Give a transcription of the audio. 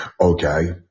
Okay